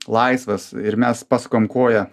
laisvas ir mes paskam koją